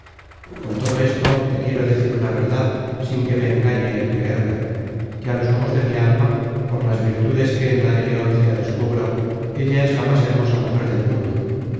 con todo esto te quiero decir una verdad sin que me engañe en creerla que á los ojos de mi alma por las virtudes que en la de leoncia descubro ella es la más hermosa mujer del mundo